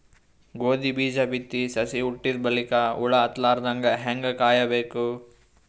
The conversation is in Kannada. ಗೋಧಿ ಬೀಜ ಬಿತ್ತಿ ಸಸಿ ಹುಟ್ಟಿದ ಬಲಿಕ ಹುಳ ಹತ್ತಲಾರದಂಗ ಹೇಂಗ ಕಾಯಬೇಕು?